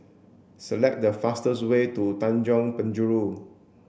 select the fastest way to Tanjong Penjuru